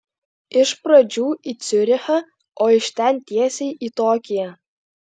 iš pradžių į ciurichą o iš ten tiesiai į tokiją